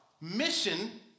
mission